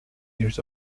years